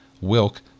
Wilk